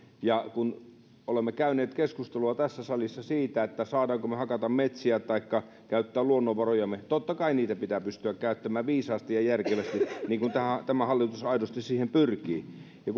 ja olemme käyneet keskustelua tässä salissa siitä saammeko me hakata metsiä taikka käyttää luonnonvarojamme totta kai niitä pitää pystyä käyttämään viisaasti ja järkevästi mihin tämä hallitus aidosti pyrkii ja